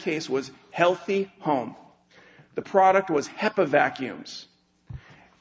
case was healthy home the product was hepa vacuums